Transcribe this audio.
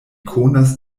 konas